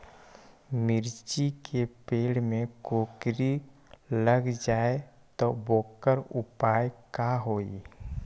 मिर्ची के पेड़ में कोकरी लग जाये त वोकर उपाय का होई?